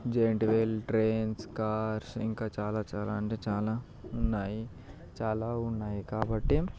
giant wheel trains cars ఇంకా చాలా చాలా అంటే చాలా ఉన్నాయి చాలా ఉన్నాయి కాబట్టి